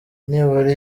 nibura